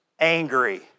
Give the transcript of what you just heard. angry